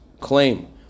claim